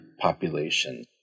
population